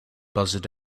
buzzard